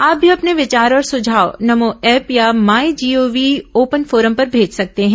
आप भी अपने विचार और सुझाव नमो ऐप या माई जीओवी ओपन फोरम पर भेज सकते हैं